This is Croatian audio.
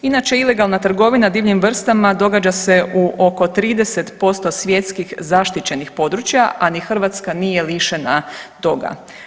Inače ilegalna trgovina divljim vrstama događa se u oko 30% svjetskih zaštićenih područja, a ni Hrvatska nije lišena toga.